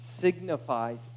signifies